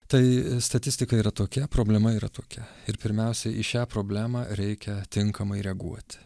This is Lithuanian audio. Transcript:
tai statistika yra tokia problema yra tokia ir pirmiausia į šią problemą reikia tinkamai reaguoti